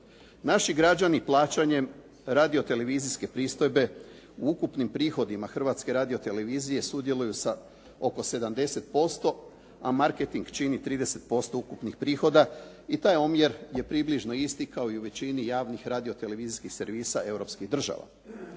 Naši građani plaćanjem radio televizijske pristojbe u ukupnim prihodima Hrvatske televizije sudjeluju sa oko 70% a marketing čini 30% ukupnih prihoda i taj omjer je približno isti kao i u većini javnih radio-televizijskih servisa europskih država.